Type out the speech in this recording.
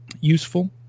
useful